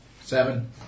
Seven